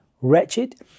wretched